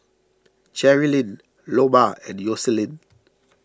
Jerilynn Loma and Yoselin